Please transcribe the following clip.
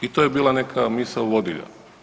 I to je bila neka misao vodilja.